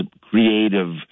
creative